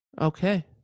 Okay